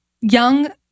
young